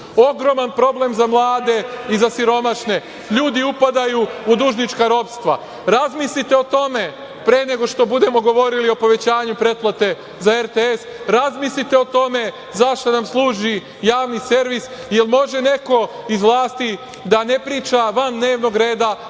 Ogroman problem za mlade i za siromašne, ljudi upadaju u dužnička ropstva. Razmislite o tome pre nego što budemo govorili o povećanju pretplate za RTS. Razmislite o tome za šta nam služi javni servis. Jel može neko iz vlasti da ne priča van dnevnog reda,